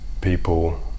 people